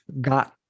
got